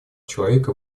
человека